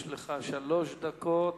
יש לך שלוש דקות,